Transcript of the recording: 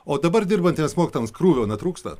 o dabar dirbantiems mokytojams krūvio netrūksta